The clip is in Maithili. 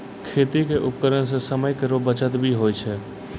खेती क उपकरण सें समय केरो बचत भी होय छै